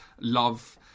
love